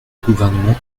gouvernement